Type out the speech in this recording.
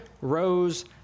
Rose